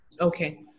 Okay